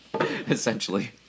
essentially